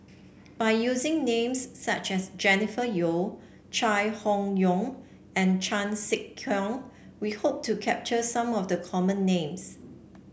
by using names such as Jennifer Yeo Chai Hon Yoong and Chan Sek Keong we hope to capture some of the common names